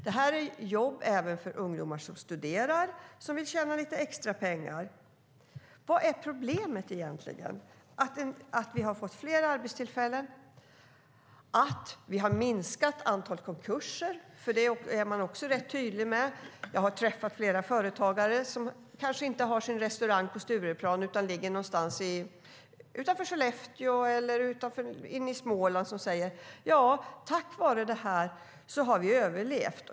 Detta är jobb även för ungdomar som studerar och vill tjäna lite extra pengar. Vad är problemet, egentligen? Är det att vi har fått fler arbetstillfällen eller att vi har minskat antalet konkurser? Där är man rätt tydlig. Jag har träffat flera företagare som kanske inte har sin restaurang på Stureplan utan någonstans utanför Skellefteå eller i Småland. De säger: Tack vare detta har vi överlevt.